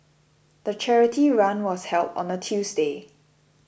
the charity run was held on a Tuesday